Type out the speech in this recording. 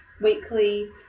weekly